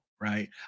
right